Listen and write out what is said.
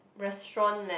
restaurant leh